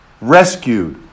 Rescued